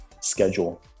schedule